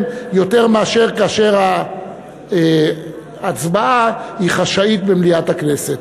יותר מאשר כאשר ההצבעה היא חשאית במליאת הכנסת.